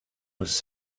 was